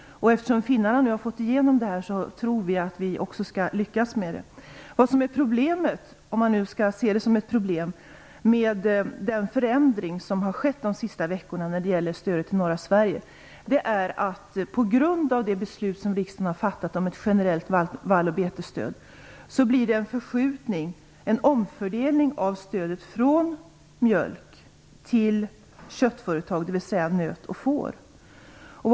Eftersom finnarna nu har fått igenom detta förslag tror vi att också vi skall lyckas med det. Problemet - om man nu skall se det som ett problem - med den förändring som har skett under de senaste veckorna när det gäller stöd till norra Sverige är att det, på grund av det beslut som riksdagen har fattat om ett generellt vall och betesstöd, blir en förskjutning, en omfördelning, av stödet från mjölk till köttföretag. Det handlar alltså om nöt och fårkött.